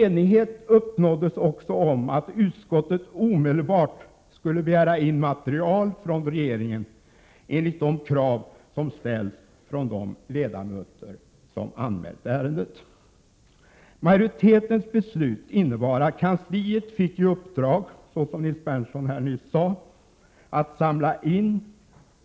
Enighet uppnåddes också om att utskottet omedelbart skulle begära in material från regeringen enligt de krav som ställts från de ledamöter som anmält ärendet. Majoritetens beslut innebar att utskottets kansli fick i uppdrag, såsom Nils Berndtson här nyss sade, att samla in